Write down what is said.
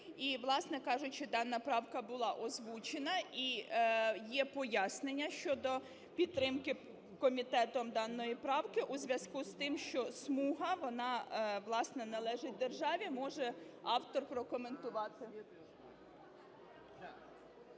і, власне кажучи, дана правка була озвучена, і є пояснення щодо підтримки комітетом даної правки: у зв'язку з тим, що смуга, вона, власне, належить державі. Може автор прокоментувати.